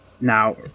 now